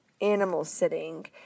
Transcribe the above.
animal-sitting